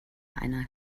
einer